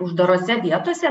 uždarose vietose